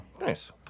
Nice